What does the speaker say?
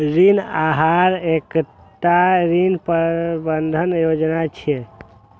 ऋण आहार एकटा ऋण प्रबंधन योजना छियै